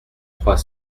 trois